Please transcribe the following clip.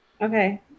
Okay